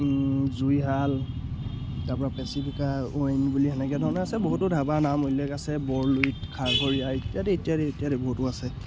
জুইহাল তাৰ পৰা পেচিফিকা ঐইন বুলি সেনেকৈ ধৰণে আছে বহুতো ধাবা নাম উল্লেখ আছে বৰলুইত খাৰঘৰীয়া ইত্যাদি ইত্যাদি ইত্যাদি বহুতো আছে